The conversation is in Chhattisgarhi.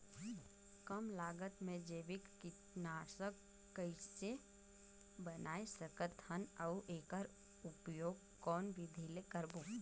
कम लागत मे जैविक कीटनाशक कइसे बनाय सकत हन अउ एकर उपयोग कौन विधि ले करबो?